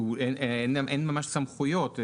אין ממש סמכויות.